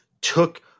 took